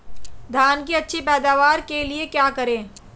धान की अच्छी पैदावार के लिए क्या करें?